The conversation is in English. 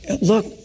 look